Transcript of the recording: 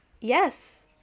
yes